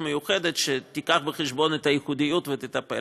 מיוחדת שתיקח בחשבון את הייחודיות ותטפל,